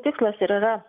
tikslas ir yra